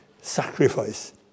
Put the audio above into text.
sacrifice